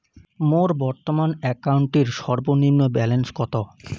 মোর বর্তমান অ্যাকাউন্টের সর্বনিম্ন ব্যালেন্স কত?